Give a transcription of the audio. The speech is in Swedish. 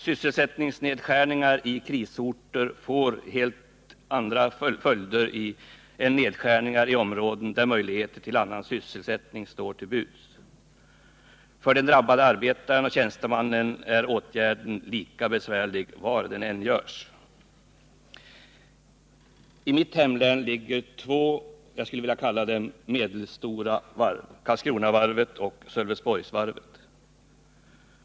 Sysselsättningsnedskärningar i krisorter får helt andra följder än nedskärningar i områden där möjligheter till annan sysselsättning står till buds. För den drabbade arbetaren och tjänstemannen är åtgärden lika besvärlig var den än görs. I mitt hemlän ligger två varv som jag skulle vilja kalla medelstora — Karlskronavarvet och Sölvesborgsvarvet.